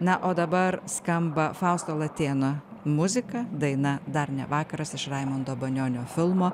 na o dabar skamba fausto latėno muzika daina dar ne vakaras iš raimundo banionio filmo